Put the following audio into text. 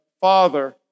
father